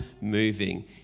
moving